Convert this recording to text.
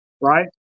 Right